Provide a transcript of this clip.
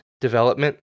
development